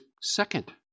second